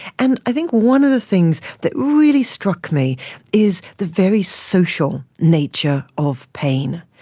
and i think one of the things that really struck me is the very social nature of pain,